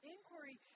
Inquiry